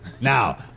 Now